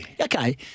Okay